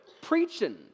Preaching